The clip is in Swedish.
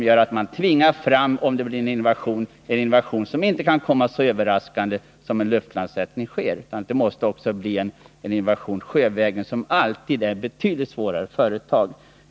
Detta skulle medföra att en eventuell invasion inte kan komma så överraskande som en luftlandsättning, eftersom det också måste bli en invasion sjövägen, vilket alltid är ett betydligt svårare företag.